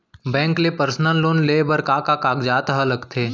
Bank ले personal loan लेये बर का का कागजात ह लगथे?